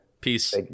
Peace